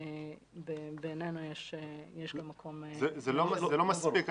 בעינינו יש מקום --- זה לא מספיק.